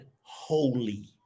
holy